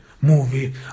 movie